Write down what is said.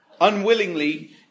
unwillingly